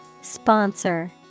Sponsor